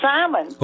Simon